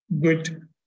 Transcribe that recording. Good